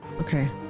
okay